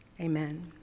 Amen